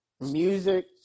music